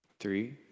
Three